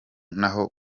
naho